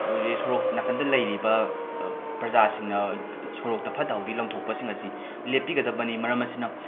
ꯑꯩꯈꯣꯏꯒꯤ ꯁꯣꯔꯣꯛ ꯅꯥꯀꯟꯗ ꯂꯩꯔꯤꯕ ꯄ꯭ꯔꯖꯥꯁꯤꯡꯅ ꯁꯣꯔꯣꯛꯇ ꯐꯠꯇ ꯍꯥꯎꯊꯤ ꯂꯪꯊꯣꯛꯄꯁꯤꯡ ꯑꯁꯤ ꯂꯦꯞꯄꯤꯒꯗꯕꯅꯤ ꯃꯔꯝ ꯑꯁꯤꯅ